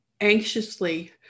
anxiously